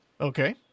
Okay